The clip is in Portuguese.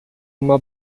uma